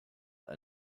that